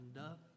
up